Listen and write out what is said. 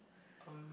um